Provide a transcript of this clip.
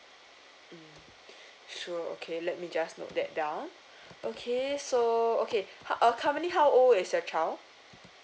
mm sure okay let me just note that down okay so okay uh currently how old is your child